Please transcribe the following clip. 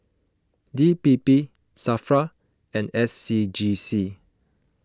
D P P Safra and S C G C